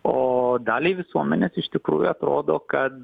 o daliai visuomenės iš tikrųjų atrodo kad